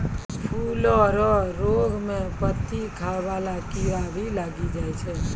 फूलो रो रोग मे पत्ती खाय वाला कीड़ा भी लागी जाय छै